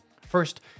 First